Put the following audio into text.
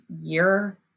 year